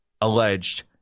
alleged